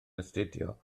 astudio